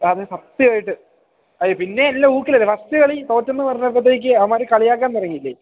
അതെ സത്യമായിട്ട് അത് പിന്നെ എല്ലാം ഊക്കിലല്ലേ ഫസ്റ്റ് കളി തോറ്റെന്ന് പറഞ്ഞപ്പത്തേക്ക് അവന്മാർ കളിയാക്കാൻ തുടങ്ങിയില്ലേ